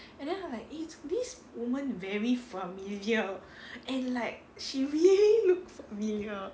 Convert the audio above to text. I like eh 这个 this woman very familiar and like she really look familiar